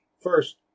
First